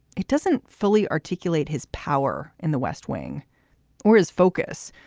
it doesn't fully articulate his power in the west wing or his focus,